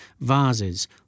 vases